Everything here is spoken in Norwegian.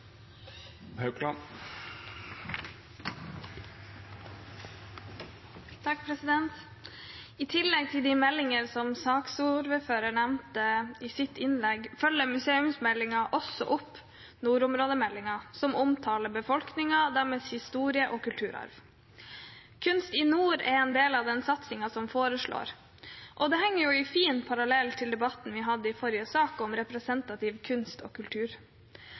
I tillegg til de meldinger som saksordføreren nevnte i sitt innlegg, følger museumsmeldingen også opp nordområdemeldingen, som omtaler befolkningen, deres historie og kulturarv. «Kunst i nord» er en del av den satsingen som foreslås, og det er jo en fin parallell til debatten vi hadde i forrige sak, om representativ kunst og kultur,